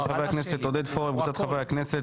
של חבר הכנסת עודד פורר וקבוצת חברי הכנסת,